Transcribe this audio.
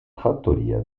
fattoria